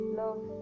love